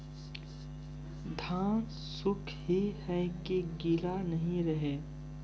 धान सुख ही है की गीला नहीं रहे?